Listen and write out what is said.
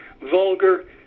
vulgar